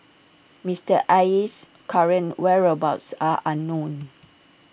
Mister Aye's current whereabouts are unknown